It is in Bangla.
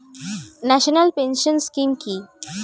ন্যাশনাল পেনশন স্কিম কি?